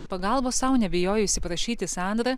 pagalbos sau nebijojusi prašyti sandra